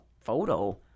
photo